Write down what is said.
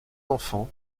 enfants